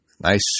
nice